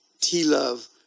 T-Love